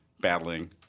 battling